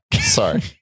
Sorry